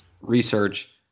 research